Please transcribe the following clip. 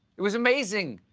it was amazing.